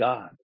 God